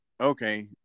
okay